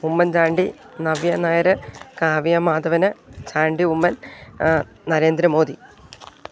Oommen Chandy Navya Nair Kavya Madhavan Chandy Oommen Narendra Modi